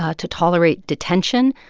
ah to tolerate detention.